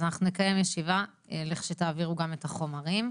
אז אנחנו נקיים ישיבה לכשתעבירו גם את החומרים.